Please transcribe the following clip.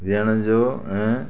वेहण जो ऐं